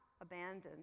abandoned